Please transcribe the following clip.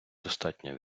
достатньо